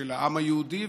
של העם היהודי,